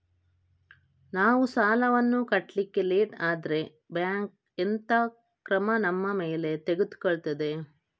ನಾವು ಸಾಲ ವನ್ನು ಕಟ್ಲಿಕ್ಕೆ ಲೇಟ್ ಆದ್ರೆ ಬ್ಯಾಂಕ್ ಎಂತ ಕ್ರಮ ನಮ್ಮ ಮೇಲೆ ತೆಗೊಳ್ತಾದೆ?